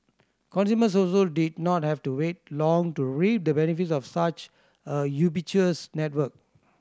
consumers also did not have to wait long to reap the benefits of such a ubiquitous network